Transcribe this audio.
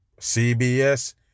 CBS